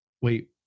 wait